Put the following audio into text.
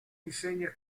insegna